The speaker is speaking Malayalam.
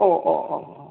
ഓ ഓ ഓ ഓ